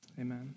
amen